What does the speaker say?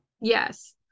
yes